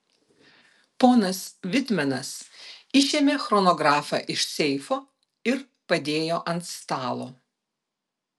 ponas vitmenas išėmė chronografą iš seifo ir padėjo ant stalo